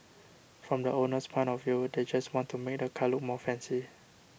from the owner's point of view they just want to make the car look more fancy